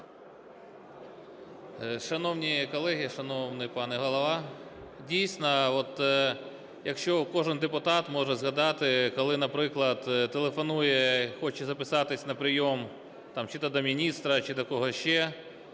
Шановні колеги, шановний пане Голово, дійсно, от, якщо кожен депутат може згадати, коли, наприклад, телефонує і хоче записатись на прийом чи то до міністра, чи до когось ще,